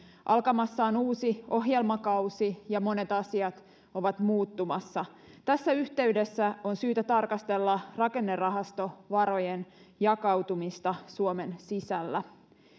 alkamassa on uusi ohjelmakausi ja monet asiat ovat muuttumassa tässä yhteydessä on syytä tarkastella rakennerahastovarojen jakautumista suomen sisällä